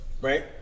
Right